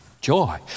joy